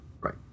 right